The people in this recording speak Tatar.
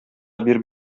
биреп